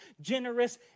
generous